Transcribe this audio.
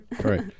Right